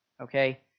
Okay